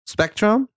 Spectrum